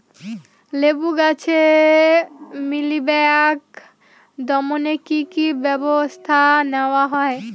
লেবু গাছে মিলিবাগ দমনে কী কী ব্যবস্থা নেওয়া হয়?